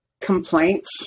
Complaints